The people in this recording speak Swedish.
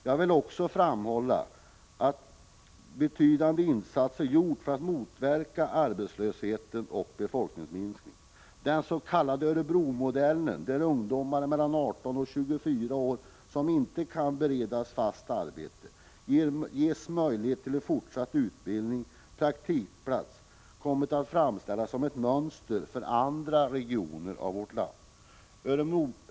Jag vill också framhålla att det inom länet gjorts betydande insatser för att motverka arbetslösheten och befolkningsminskningen. Den s.k. Örebromodellen, där de ungdomar mellan 18 och 24 år som inte kan beredas fast arbete ges möjlighet till fortsatt utbildning eller praktikplats, har kommit att framstå som ett mönster för andra regioner i vårt land.